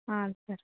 ಹಾಂ ಸರ್